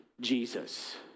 Jesus